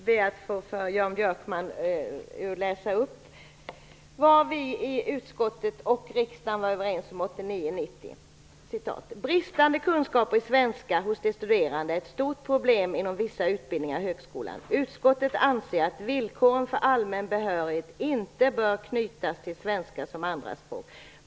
Herr talman! Jag skall be att för Jan Björkman få läsa upp vad vi i utskottet och riksdagen var överens om 1989/90: "Enligt vad utskottet erfar är bristande kunskaper i svenska hos de studerande ett stort problem inom vissa utbildningar i högskolan. Utskottet anser att villkoren för allmän behörighet inte bör knytas till svenska som andraspråk.